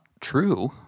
true